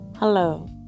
Hello